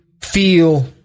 feel